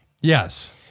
Yes